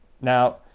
Now